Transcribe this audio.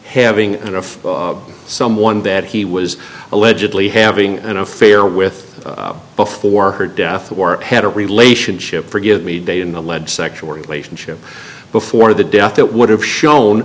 having an affair someone that he was allegedly having an affair with before her death or had a relationship forgive me day in the lead sexual relationship before the death that would have shown